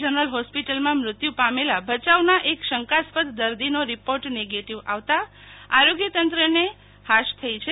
general હોસ્પિટલમાં મ્રત્યુ પામેલા ભચાઉના એક શંકાસ્પદ દર્દીનો રિપોર્ટ નેગેટીવ આવતા આરોગ્ય તંત્રને હાશ થઈ છે